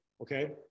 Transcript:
okay